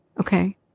okay